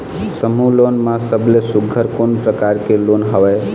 समूह लोन मा सबले सुघ्घर कोन प्रकार के लोन हवेए?